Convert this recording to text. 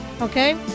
okay